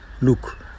Look